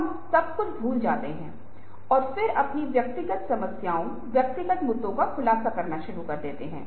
हम पाते हैं कि जो चीजें दृश्य नहीं हैं उन्हें भी दृश्यों में अनुवादित किया जाता है